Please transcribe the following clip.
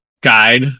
guide